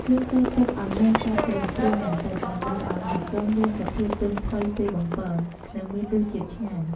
យើងត្រូវទុកឱ្យមានសាច់គ្រើមៗបន្តិច ដើម្បីឱ្យហ៊ូគឹងមានសភាពទន់ផុយពេលបំពង និងមានរសជាតិឆ្ងាញ់។